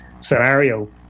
scenario